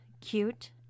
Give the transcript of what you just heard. Cute